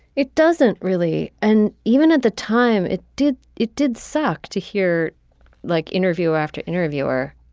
it doesn't really. and even at the time it did it did suck to hear like interview after interview or